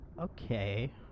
Okay